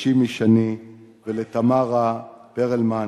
לשימי שני ולתמרה פרלמן,